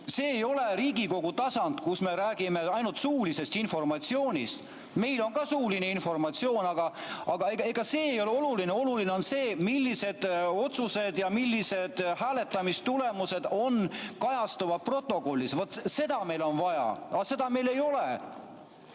See ei ole Riigikogu tasand, kus me räägime ainult suulisest informatsioonist. Meil on ka suuline informatsioon, aga see ei ole oluline. Oluline on see, millised otsused ja millised hääletamistulemused kajastuvad protokollis. Seda meil on vaja, aga seda meil ei ole.